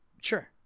Sure